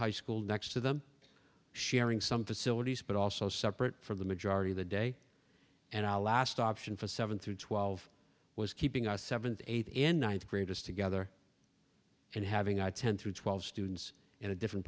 high school next to them sharing some facilities but also separate for the majority of the day and our last option for seven through twelve was keeping our seventh eighth and ninth graders together and having i ten through twelve students in a different